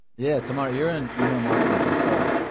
yeah tamara, youire an email marketing consultant.